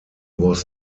was